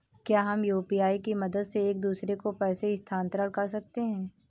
क्या हम यू.पी.आई की मदद से एक दूसरे को पैसे स्थानांतरण कर सकते हैं?